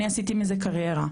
אני עשיתי מזה קריירה,